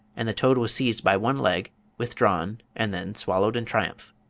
and the toad was seized by one leg, withdrawn, and then swallowed in triumph.